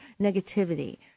negativity